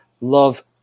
love